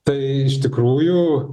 tai iš tikrųjų